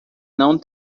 não